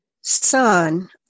son